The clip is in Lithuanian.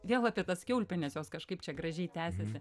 vėl apie tas kiaulpienes jos kažkaip čia gražiai tęsiasi